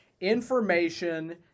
information